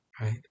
right